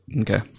Okay